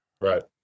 Right